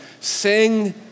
sing